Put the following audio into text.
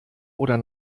oder